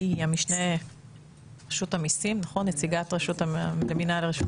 שהיא המשנה למנהל רשות